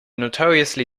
notoriously